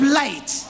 light